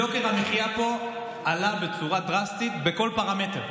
יוקר המחיה פה גדל בצורה דרסטית בכל פרמטר.